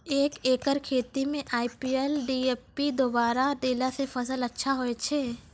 एक एकरऽ खेती मे आई.पी.एल डी.ए.पी दु बोरा देला से फ़सल अच्छा होय छै?